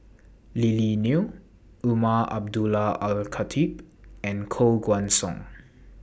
Lily Neo Umar Abdullah Al Khatib and Koh Guan Song